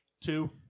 two